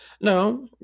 No